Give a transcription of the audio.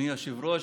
אדוני היושב-ראש,